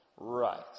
Right